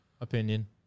opinion